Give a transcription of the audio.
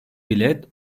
bilet